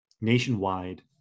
nationwide